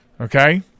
Okay